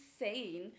insane